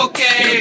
Okay